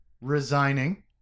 resigning